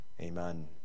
amen